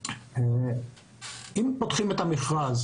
אם פותחים את המכרז